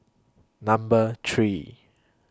Number three